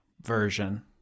version